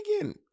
again